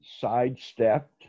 sidestepped